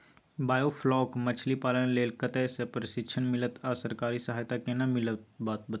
Biofloc मछलीपालन लेल कतय स प्रशिक्षण मिलत आ सरकारी सहायता केना मिलत बताबू?